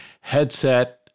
headset